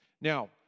Now